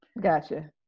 Gotcha